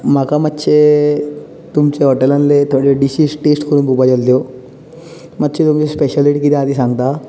म्हाका मात्शें तुमचे हॉटेलांतले थोडे डिशीज टेस्ट करून पोवपा जाय आसल्यो मात्शें तुमी स्पेशली कितें आहा ते सांगता